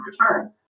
return